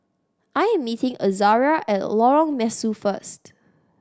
I am meeting Azaria at Lorong Mesu first